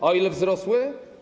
A o ile wzrosły?